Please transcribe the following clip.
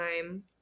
time